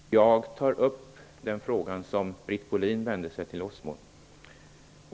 Herr talman! Jag tar upp den fråga som Britt Bohlin vände sig till oss med.